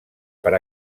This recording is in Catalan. per